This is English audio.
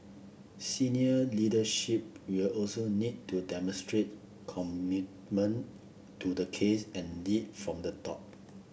senior leadership will also need to demonstrate commitment to the case and lead from the top